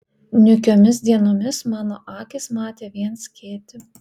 niūkiomis dienomis mano akys matė vien skėtį